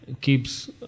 keeps